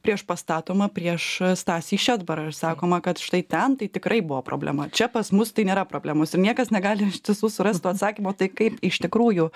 priešpastatoma prieš stasį šedbarą ir sakoma kad štai ten tai tikrai buvo problema čia pas mus tai nėra problemos ir niekas negali iš tiesų surast to atsakymo tai kaip iš tikrųjų